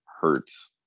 hurts